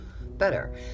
better